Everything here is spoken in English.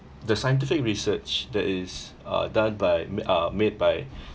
the scientific research that is uh done by ma~ um made by